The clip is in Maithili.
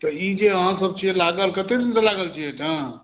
तऽ ई जे अहाँसभ छियै लागल कतेक दिनसंँ लागल छियै एहिठाम